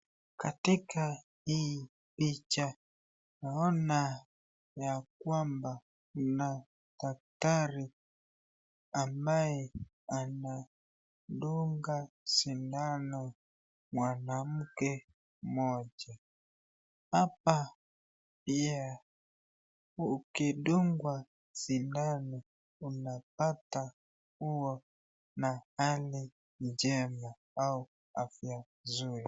Katika hii picha naona ya kwamba kuna daktari ambaye anadunga sindano mwanamke mmoja, hapa pia ukidungwa sindano unapata kuw na hali njema au afya nzuri.